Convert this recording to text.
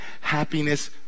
happiness